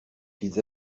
qu’ils